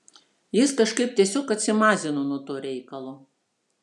jis kažkaip tiesiog atsimazino nuo to reikalo